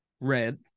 red